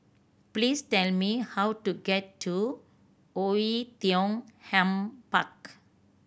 please tell me how to get to Oei Tiong Ham Park